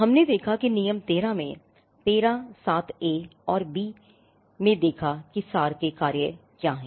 हमने देखा कि नियम 13 में13 देखा कि सार के कार्य क्या हैं